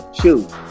Shoot